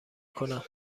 کنم